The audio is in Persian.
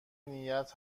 نیت